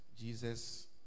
Jesus